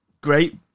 Great